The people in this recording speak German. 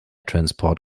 transport